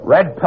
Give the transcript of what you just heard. Red